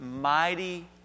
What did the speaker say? mighty